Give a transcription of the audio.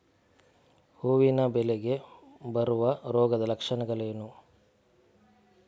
ಹೂವಿನ ಬೆಳೆಗೆ ಬರುವ ರೋಗದ ಲಕ್ಷಣಗಳೇನು?